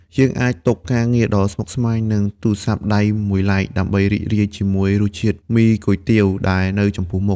យើងអាចទុកការងារដ៏ស្មុគស្មាញ និងទូរស័ព្ទដៃមួយឡែក ដើម្បីរីករាយជាមួយរសជាតិមីគុយទាវដែលនៅចំពោះមុខ។